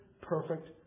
perfect